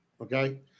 Okay